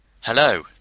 Hello